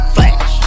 Flash